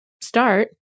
start